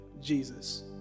jesus